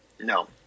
No